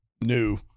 new